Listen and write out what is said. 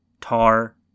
Tar